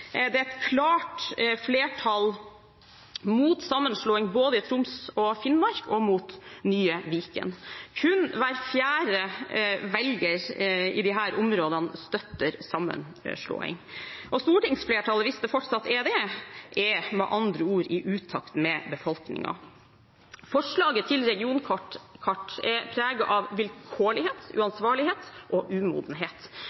det er et klart flertall mot sammenslåing i både Troms og Finnmark og mot nye Viken. Kun hver fjerde velger i disse områdene støtter sammenslåing. Stortingsflertallet, hvis det fortsatt er det, er med andre ord i utakt med befolkningen. Forslaget til regionkart er preget av vilkårlighet,